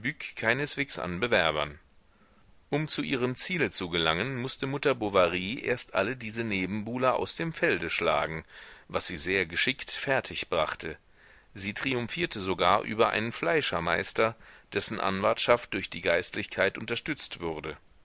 keineswegs an bewerbern um zu ihrem ziele zu gelangen mußte mutter bovary erst alle diese nebenbuhler aus dem felde schlagen was sie sehr geschickt fertig brachte sie triumphierte sogar über einen fleischermeister dessen anwartschaft durch die geistlichkeit unterstützt wurde